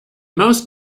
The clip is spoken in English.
most